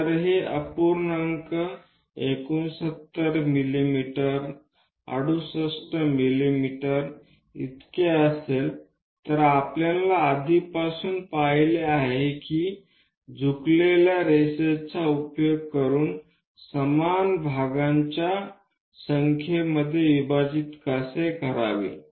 जर हे अपूर्णांक 69 मिमी 68 मिमी इतके असेल तर आपण आधीपासूनच पाहिले आहे की या झुकलेल्या रेषेचा उपयोग करून समान कलमांच्या संख्येमध्ये विभाजित कसे करावे